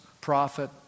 prophet